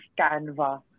Canva